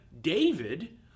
David